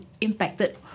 impacted